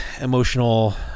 emotional